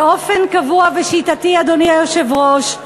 באופן קבוע ושיטתי, אדוני היושב-ראש,